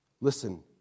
Listen